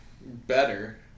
better